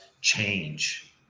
change